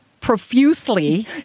Profusely